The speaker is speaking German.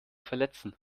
verletzen